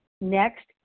Next